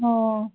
ও